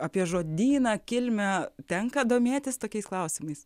apie žodyną kilmę tenka domėtis tokiais klausimais